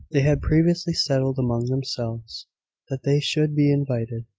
they had previously settled among themselves that they should be invited,